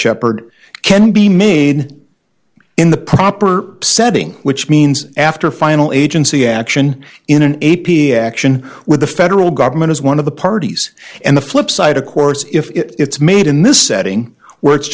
shepherd can be made in the proper setting which means after final agency action in an a p action with the federal government as one of the parties and the flipside of course if it's made in this setting where it's